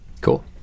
Cool